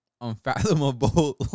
unfathomable